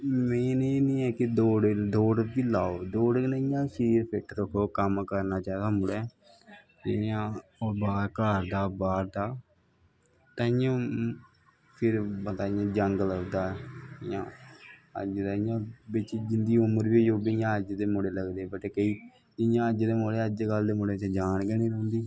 एह् नी ऐ कि दौड़ दौड़ बी लाओ शरीर फिट्ट रक्खो कम्म करना चाही दा मुड़ैं इयां घर दा बाह्र दा ताईयां बंदा इयां जंग लब्भदा ऐ अज्ज दा इयां उंदी उमर बी जियां अज्ज दे मुड़े लगदे बट इयां अज्ज कल दे मुड़े च जान गै नी रौंह्गी